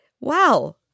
wow